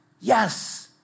Yes